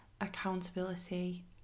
accountability